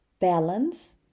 balance